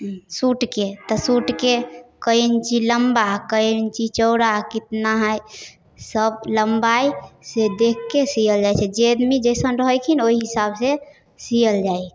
सूटके तऽ सूटके कएक इञ्ची लम्बा कएक इञ्ची चौड़ा कतना हइ सब लम्बाइसँ देखिके सिअल जाइ छै जे आदमी जइसन रहै छथिन ओहि हिसाबसँ सिअल जाइ हइ